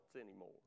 anymore